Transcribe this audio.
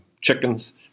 chickens